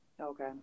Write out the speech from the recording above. Okay